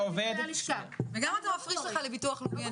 עובד ------ הלשכה --- וגם אתה מפריש לך לביטוח לאומי.